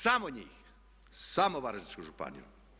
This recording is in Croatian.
Samo njih, samo Varaždinsku županiju.